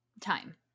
Time